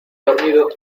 dormido